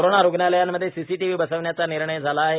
corona रुग्णालयांमध्ये CCTV बसविण्याचा निर्णय झाला आहे